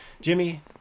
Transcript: Jimmy